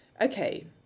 Okay